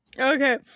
Okay